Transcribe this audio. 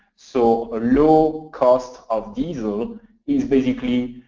so a low cost of diesel is basically